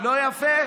לא יפה?